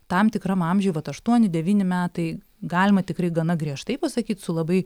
tam tikram amžiuj vat aštuoni devyni metai galima tikrai gana griežtai pasakyt su labai